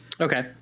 Okay